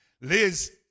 Liz